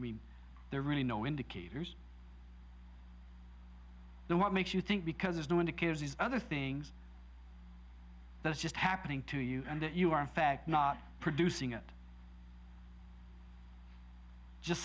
mean there really no indicators then what makes you think because there's no indicators these other things that it's just happening to you and that you are in fact not producing it just